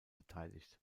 beteiligt